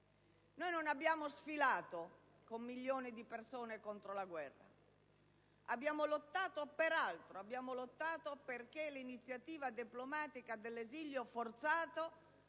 Non abbiamo sfilato con milioni di persone contro la guerra: abbiamo lottato per altro, affinché l'iniziativa diplomatica dell'esilio forzato